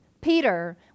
Peter